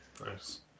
Nice